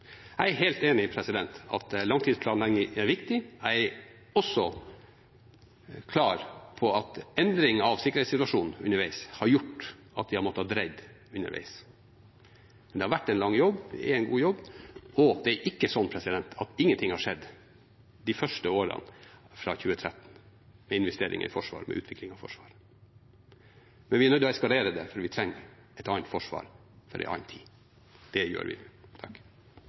Jeg er helt enig i at langtidsplanlegging er viktig. Jeg er også klar på at endring av sikkerhetssituasjonen underveis har gjort at vi har måttet dreie underveis. Det har vært en lengre jobb. Det er en god jobb. Og det er ikke slik at ingenting skjedde de første årene fra 2013 med hensyn til investeringer i og utvikling av Forsvaret. Men vi er nødt å eskalere det, for vi trenger et annet forsvar – for en annen tid. Det gjør vi.